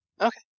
Okay